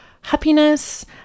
happiness